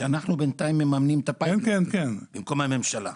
תגיד שאנחנו מממנים את הפיילוט במקום הממשלה.